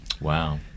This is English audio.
wow